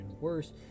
worse